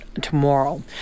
tomorrow